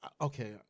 okay